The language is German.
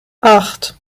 acht